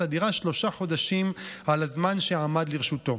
הדירה שלושה חודשים על הזמן שעמד לרשותו.